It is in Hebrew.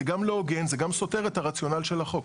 זה גם לא הוגן, זה גם סותר את הרציונל של החוק.